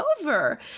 over